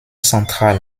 centrale